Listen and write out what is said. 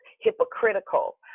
hypocritical